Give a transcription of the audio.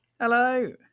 hello